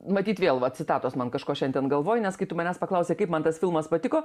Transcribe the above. matyt vėl va citatos man kažko šiandien galvoj nes kai tu manęs paklausei kaip man tas filmas patiko